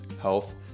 health